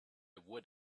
would